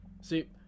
See